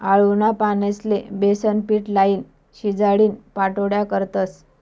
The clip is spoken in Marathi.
आळूना पानेस्ले बेसनपीट लाईन, शिजाडीन पाट्योड्या करतस